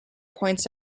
points